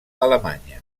alemanya